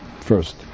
first